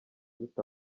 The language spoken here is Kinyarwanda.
dute